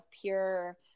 pure